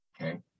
Okay